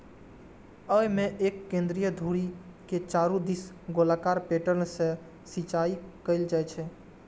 अय मे एक केंद्रीय धुरी के चारू दिस गोलाकार पैटर्न सं सिंचाइ कैल जाइ छै